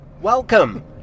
Welcome